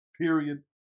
period